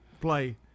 play